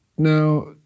Now